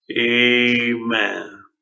amen